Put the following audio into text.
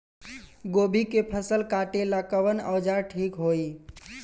गोभी के फसल काटेला कवन औजार ठीक होई?